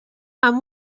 amb